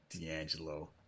D'Angelo